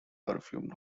perfume